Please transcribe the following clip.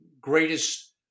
greatest